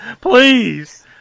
Please